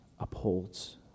upholds